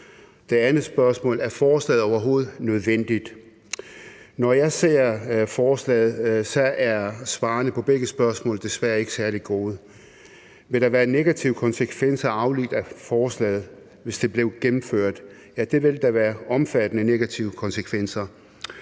Det andet spørgsmål er, om forslaget overhovedet er nødvendigt. Når jeg ser på forslaget, er svarene på begge spørgsmål desværre ikke særlig positive. Ville der være negative konsekvenser afledt af forslaget, hvis det blev gennemført? Ja, der ville være omfattende negative konsekvenser.